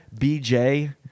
Bj